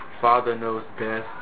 father-knows-best